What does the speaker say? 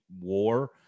war